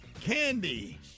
Candy